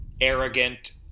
arrogant